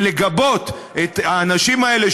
ולגבות את האנשים האלה,